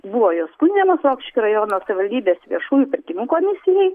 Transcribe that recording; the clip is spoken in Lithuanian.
buvo jos skundžiamos rokiškio rajono savivaldybės viešųjų pirkimų komisijai